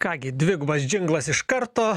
ką gi dvigubas džinglas iš karto